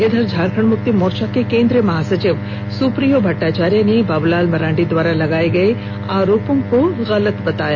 इधर झारखण्ड मुक्ति मोर्चा के केंद्रीय महासचिव सुप्रियो भट्टाचार्य ने बाबूलाल मरांडी द्वारा लगाये गये आरोपों को गलत बताया